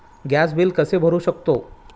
Gas bill कसे भरू शकतो?